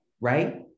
right